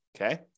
Okay